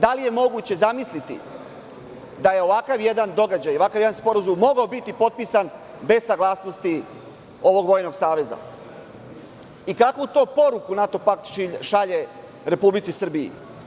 Da li je moguće zamisliti da je ovakav jedan događaj, ovakav jedan sporazum mogao biti potpisan bez saglasnosti ovog vojnog saveza i kakvu to poruku NATO pakt šalje Republici Srbiji?